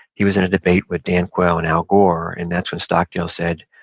he was in a debate with dan quail and al gore, and that's when stockdale said,